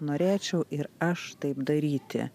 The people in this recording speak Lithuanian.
norėčiau ir aš taip daryti